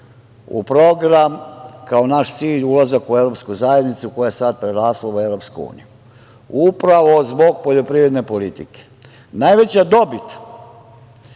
u program, kao naš cilj, ulazak u Evropsku zajednicu, koja je sada prerasla u Evropsku uniju, upravo zbog poljoprivredne politike. Najveća dobit